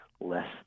less